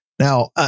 Now